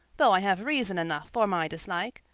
though i have reasons enough for my dislike,